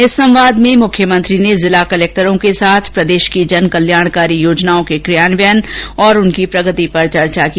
इस संवाद में मुख्यमंत्री ने जिला कलेक्टरों के साथ प्रदेश की जनकल्याणकारी योजनाओं के कियान्वयन और प्रगति पर चर्चा की